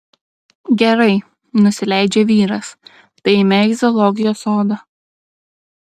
gerai nusileidžia vyras tai eime į zoologijos sodą